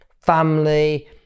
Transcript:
family